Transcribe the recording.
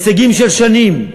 הישגים של שנים,